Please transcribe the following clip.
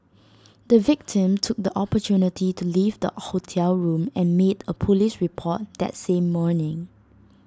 the victim took the opportunity to leave the hotel room and made A Police report that same morning